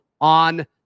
on